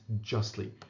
justly